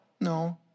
No